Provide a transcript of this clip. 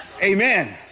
Amen